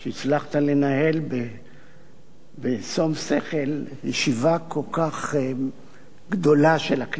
שהצלחת לנהל בשום-שכל ישיבה כל כך גדולה של הכנסת.